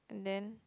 then